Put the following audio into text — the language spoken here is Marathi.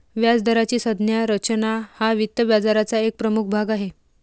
व्याजदराची संज्ञा रचना हा वित्त बाजाराचा एक प्रमुख भाग आहे